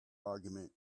argument